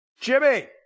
Jimmy